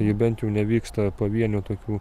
tai bent jau nevyksta pavienių tokių